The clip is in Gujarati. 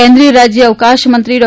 કેન્દ્રીય રાજ્ય અવકાશ મંત્રી ડો